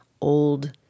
old